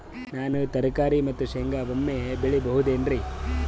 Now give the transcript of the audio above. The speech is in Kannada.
ನಾನು ತರಕಾರಿ ಮತ್ತು ಶೇಂಗಾ ಒಮ್ಮೆ ಬೆಳಿ ಬಹುದೆನರಿ?